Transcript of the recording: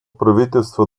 правительства